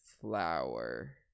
Flower